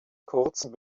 kurzen